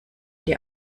die